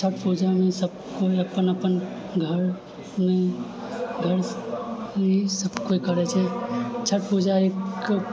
छठ पूजामे सबकिओ अपन अपन घरमे घर सनी सबकोइ करै छै छठ पूजा एक